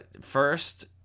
First